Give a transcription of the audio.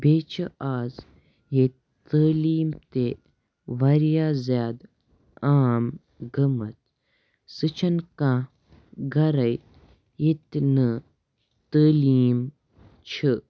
بیٚیہِ چھِ آز ییٚتہِ تعلیٖم تہِ واریاہ زِیادٕ عام گٔمٕتۍ سُہ چھنہٕ کانٛہہ گَرٕے ییٚتہِ نہٕ تعلیٖم چھِ